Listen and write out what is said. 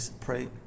pray